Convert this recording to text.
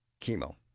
chemo